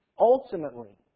Ultimately